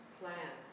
plan